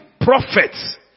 prophets